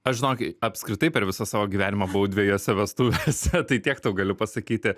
aš žinok apskritai per visą savo gyvenimą buvau dvejose vestuvėse tai tiek tau galiu pasakyti